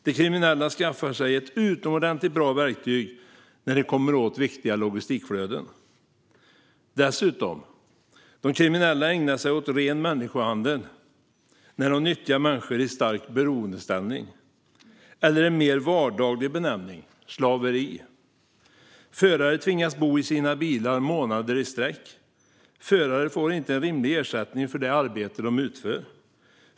De kriminella skaffar sig ett utomordentligt bra verktyg när de kommer åt viktiga logistikflöden. Dessutom ägnar sig de kriminella åt ren människohandel när de utnyttjar människor i stark beroendeställning - eller för att använda en mer vardaglig benämning: slaveri. Förare tvingas bo i sina bilar i månader i sträck. De får inte rimlig ersättning för det arbete de utför.